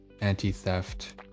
anti-theft